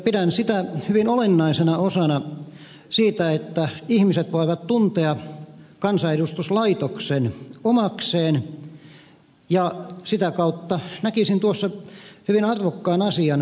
pidän sitä hyvin olennaisena osana sitä että ihmiset voivat tuntea kansanedustuslaitoksen omakseen ja sitä kautta näkisin tuossa hyvin arvokkaan asian keskusteltavaksi